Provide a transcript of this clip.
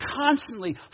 constantly